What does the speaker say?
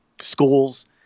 schools